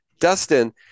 Dustin